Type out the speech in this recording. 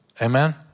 Amen